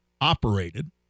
operated